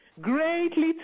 Greatly